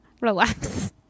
relax